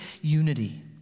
unity